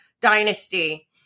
dynasty